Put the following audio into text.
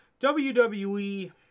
WWE